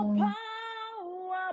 power